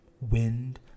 wind